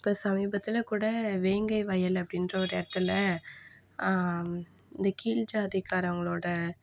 இப்போ சமீபத்தில் கூட வேங்கை வயல் அப்படின்ற ஒரு இடத்தில் இந்த கீழ் ஜாதிகாரவங்களோடய